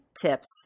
tips